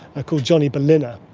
called jonny berliner,